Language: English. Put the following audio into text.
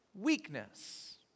Weakness